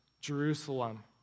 Jerusalem